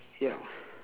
ya